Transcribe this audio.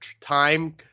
time